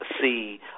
see